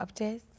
updates